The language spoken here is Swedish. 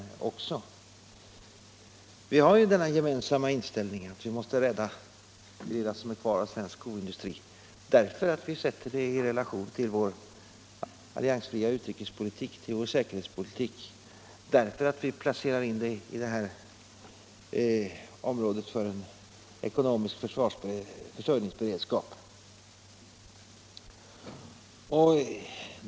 Vi har denna gemensamma inställning — att vi måste rädda det lilla som är kvar av svensk skoindustri därför att vi sätter det i relation till vår alliansfria utrikespolitik och vår säkerhetspolitik och därför att skoindustrin ingår som ett led i vår ekonomiska försörjningsberedskap.